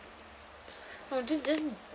I will just just